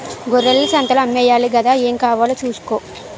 గొర్రెల్ని సంతలో అమ్మేయాలి గదా ఏం కావాలో సూసుకో